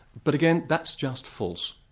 but again, that's just false.